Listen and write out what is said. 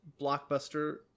blockbuster